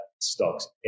stocks